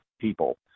people